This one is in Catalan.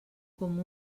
com